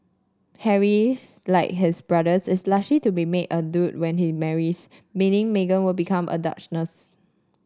Harry's like his brother is to be made a duke when he marries meaning Meghan would become a duchess